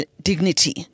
dignity